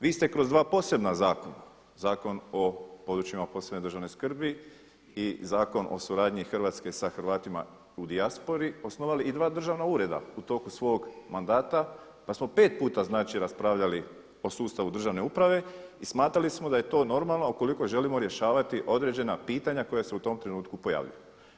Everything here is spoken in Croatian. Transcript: Vi ste kroz dva posebna zakona, Zakon o područjima od posebne državne skrbi i Zakon o suradnji Hrvatske sa Hrvatima u dijaspori osnovali i dva državna ureda u toku svog mandata, pa smo pet puta znači raspravljali u sustavu državne uprave i smatrali smo da je to normalno, a ukoliko želimo rješavati određena pitanja koja su u tom trenutku pojavljuje.